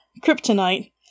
kryptonite